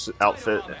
outfit